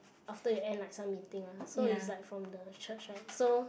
after you end like some meeting lah so it's like from the church right so